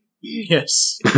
Yes